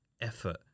effort